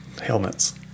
helmets